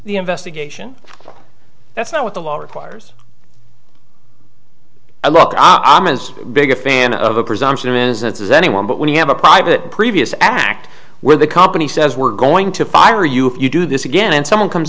the investigation that's not what the law requires i look i'm as big a fan of the presumption of innocence as anyone but when you have a private previous act where the company says we're going to fire you if you do this again and someone comes